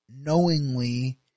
knowingly